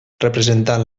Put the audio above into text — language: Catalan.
representant